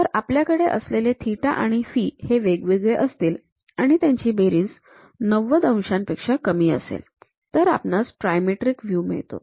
तर आपल्याकडे असलेले थिटा आणि फि हे वेगवेगळे असतील आणि त्यांची बेरीज ९० अंशांपेक्षा कमी असेल तर आपणास ट्रायमेट्रिक व्ह्यू मिळतो